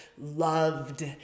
loved